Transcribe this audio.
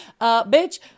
bitch